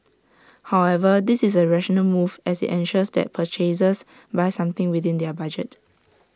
however this is A rational move as IT ensures that purchasers buy something within their budget